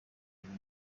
buryo